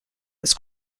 was